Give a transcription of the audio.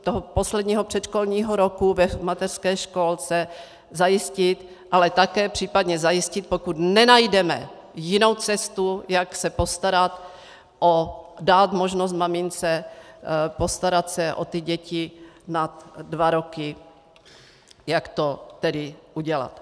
toho posledního předškolního roku v mateřské školce zajistit, ale také případně zajistit, pokud nenajdeme jinou cestu, jak dát možnost mamince postarat se o ty děti nad dva roky, jak to tedy udělat.